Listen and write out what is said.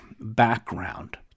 background